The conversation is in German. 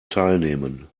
teilnehmen